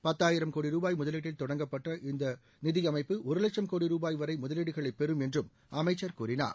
பத்தாயிரம் கோடி ருபாய் முதலீட்டில் தொடங்கப்பட உள்ள இந்த நிதியமைப்பு ஒரு லட்சம் கோடி ருபாய் வரை முதலீடுகளை பெறும் என்றும் அமைச்சர் கூறினார்